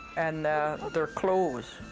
and their clothes.